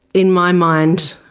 in my mind,